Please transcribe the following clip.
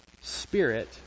spirit